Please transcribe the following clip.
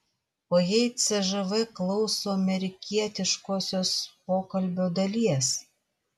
o jei cžv klauso amerikietiškosios pokalbio dalies